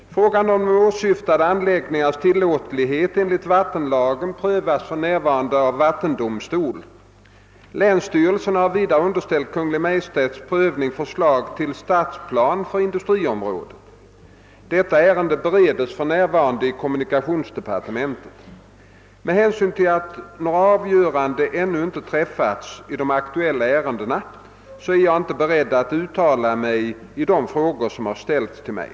Frågan om de åsyftade anläggningarnas tillåtlighet enligt vattenlagen prövas för närvarande av vattendomstol. Länsstyrelsen har vidare underställt Kungl. Maj:ts prövning förslag till stadsplan för industriområdet. Detta ärende bereds för närvarande i kom! munikationsdepartementet. Med hänsyn till att några avgöranden ännu inte träffats i de aktuella ärendena är jag inte beredd att uttala mig i de frågor som ställts till mig.